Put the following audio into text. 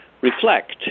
reflect